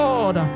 Lord